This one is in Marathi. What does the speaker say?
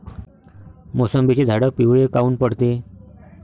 मोसंबीचे झाडं पिवळे काऊन पडते?